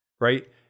right